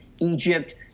Egypt